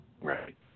Right